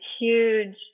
huge